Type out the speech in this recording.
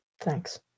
Thanks